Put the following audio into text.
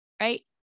Right